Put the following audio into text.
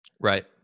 right